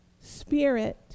spirit